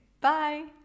bye